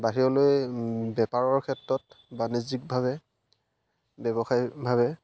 বাহিৰলৈ বেপাৰৰ ক্ষেত্ৰত বাণিজ্যিকভাৱে ব্যৱসায়িকভাৱে